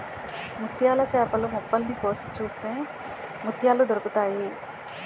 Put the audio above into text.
ముత్యాల చేపలు మొప్పల్ని కోసి చూస్తే ముత్యాలు దొరుకుతాయి